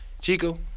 Chico